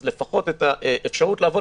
אז לפחות האפשרות לעבוד,